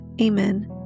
Amen